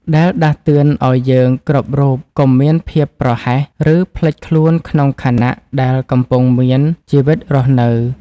ដែលដាស់តឿនឱ្យយើងគ្រប់រូបកុំមានភាពប្រហែស ឬភ្លេចខ្លួនក្នុងខណៈដែលកំពុងមានជីវិតរស់នៅ។